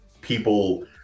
people